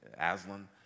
Aslan